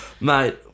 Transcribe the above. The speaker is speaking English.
Mate